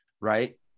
right